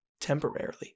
temporarily